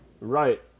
Right